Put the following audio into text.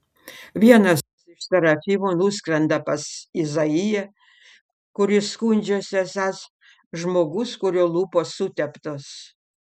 vienas iš serafimų nuskrenda pas izaiją kuris skundžiasi esąs žmogus kurio lūpos suteptos